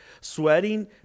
sweating